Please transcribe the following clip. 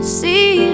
see